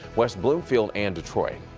west bloomfield and detroit.